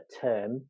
term